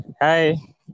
Hi